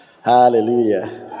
Hallelujah